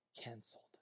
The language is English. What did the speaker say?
canceled